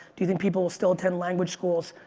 do you think people will still attend language schools?